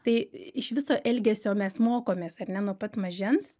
tai iš viso elgesio mes mokomės ar ne nuo pat mažens